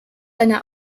einer